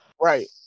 Right